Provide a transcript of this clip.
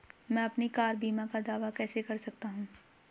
मैं अपनी कार बीमा का दावा कैसे कर सकता हूं?